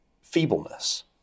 feebleness